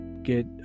get